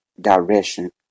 direction